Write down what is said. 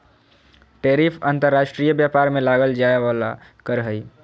tariff अंतर्राष्ट्रीय व्यापार में लगाल जाय वला कर हइ